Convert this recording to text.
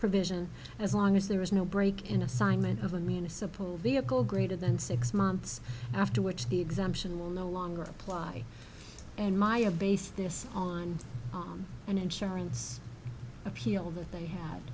provision as long as there is no break in assignment of a municipal vehicle greater than six months after which the exemption will no longer apply and my of based this on an insurance appeal that they had